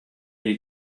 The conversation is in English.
you